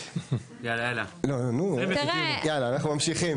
קורה --- אנחנו ממשיכים.